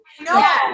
No